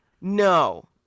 no